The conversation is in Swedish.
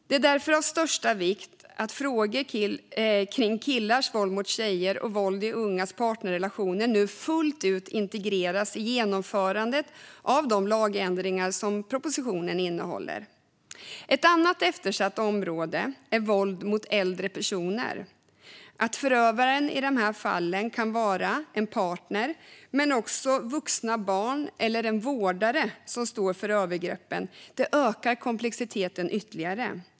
Det är av största vikt att frågor om killars våld mot tjejer och våld i ungas partnerrelationer nu fullt ut integreras i genomförandet av de lagändringar som propositionen innehåller. Ett annat eftersatt område är våld mot äldre personer. Att förövaren som står för övergreppen i de här fallen kan vara en partner men också vuxna barn eller en vårdare ökar komplexiteten.